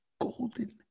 Golden